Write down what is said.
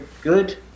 good